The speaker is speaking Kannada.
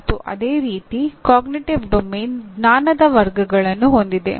ಮತ್ತು ಅದೇ ರೀತಿ ಅರಿವಿನ ಕಾರ್ಯಕ್ಷೇತ್ರ ಜ್ಞಾನದ ವರ್ಗಗಳನ್ನು ಹೊಂದಿದೆ